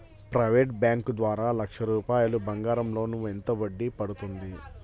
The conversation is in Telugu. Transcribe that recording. ప్రైవేట్ బ్యాంకు ద్వారా లక్ష రూపాయలు బంగారం లోన్ ఎంత వడ్డీ పడుతుంది?